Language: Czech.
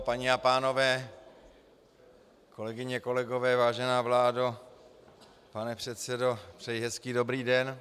Paní a pánové, kolegyně, kolegové, vážená vládo, pane předsedo přeji hezký dobrý den.